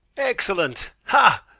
excellent. ha,